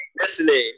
Listening